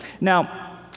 Now